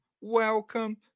welcome